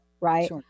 right